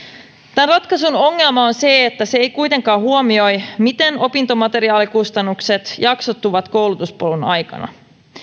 tämän ratkaisun ongelma on se että se ei kuitenkaan huomioi miten opintomateriaalikustannukset jaksottuvat koulutuspolun aikana